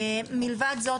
מלבד זאת,